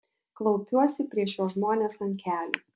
klaupiuosi prieš šiuos žmones ant kelių